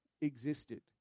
existed